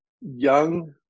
young